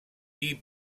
types